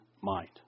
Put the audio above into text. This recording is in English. mind